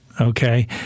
Okay